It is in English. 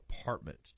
apartment